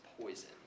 poison